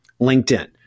LinkedIn